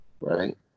right